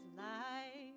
life